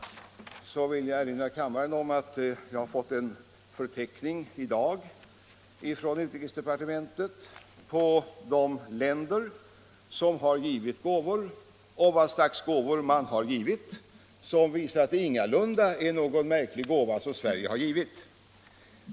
Då vill jag erinra kammarens ledamöter om att jag fått en förteckning i dag från utrikesdepartementet på de länder som givit gåvor och på vad slags gåvor man givit, och den visar att det ingalunda är någon märklig gåva Sverige givit.